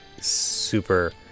super